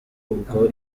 ubwo